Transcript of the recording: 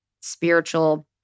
spiritual